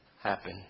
happen